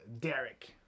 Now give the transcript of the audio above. Derek